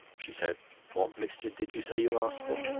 she said what mixture did you say you asked for?